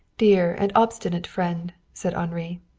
dear and obstinate friend, said henri,